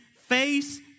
face